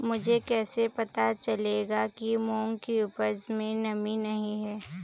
मुझे कैसे पता चलेगा कि मूंग की उपज में नमी नहीं है?